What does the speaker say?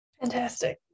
Fantastic